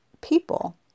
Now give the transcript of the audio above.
people